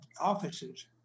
offices